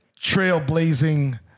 trailblazing